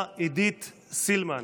(חותם על ההצהרה) השרה עידית סילמן.